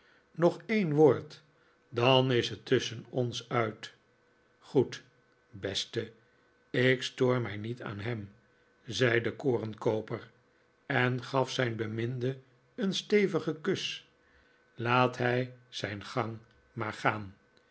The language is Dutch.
nog een woord dan is het tusschen ons uit goed beste ik stoor mij niet aan hem zei de korenkooper en gaf zijn beminde een stevigen kus laat hij zijn gang maar gaan